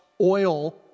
oil